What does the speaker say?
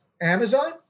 Amazon